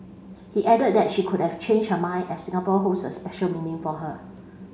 he added that she could have changed her mind as Singapore holds a special meaning for her